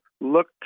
look